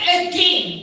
again